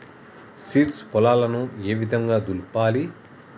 Seeds పొలాలను ఏ విధంగా దులపాలి?